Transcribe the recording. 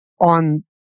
on